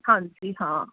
ਹਾਂਜੀ ਹਾਂ